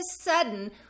sudden